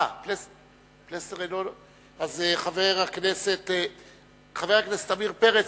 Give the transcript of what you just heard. חבר הכנסת עמיר פרץ,